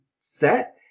set